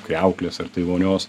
kriauklės ar tai vonios